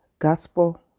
gospel